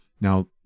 Now